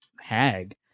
hag